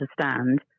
understand